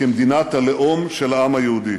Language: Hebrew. כמדינת הלאום של העם היהודי.